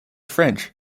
french